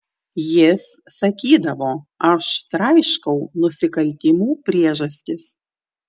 jis sakydavo aš traiškau nusikaltimų priežastis